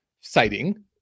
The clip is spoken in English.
sighting